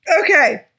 Okay